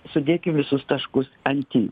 sudėkim visus taškus ant i